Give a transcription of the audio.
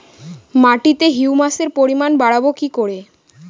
মাটিতে হিউমাসের পরিমাণ বারবো কি করে?